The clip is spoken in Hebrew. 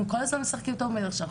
אנחנו כל הזמן משחקים איתם שם,